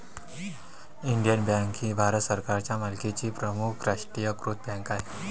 Indian Bank ही भारत सरकारच्या मालकीची प्रमुख राष्ट्रीयीकृत बँक आहे